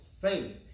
faith